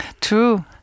True